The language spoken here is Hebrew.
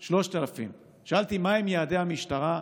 3,000. שאלתי מהם יעדי המשטרה.